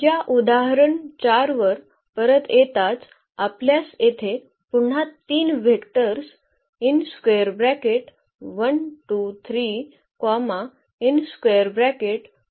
या उदाहरण 4 वर परत येताच आपल्यास येथे पुन्हा तीन व्हेक्टर्स दिसतील